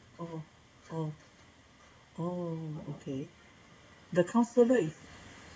oh oh oh okay the counsellor if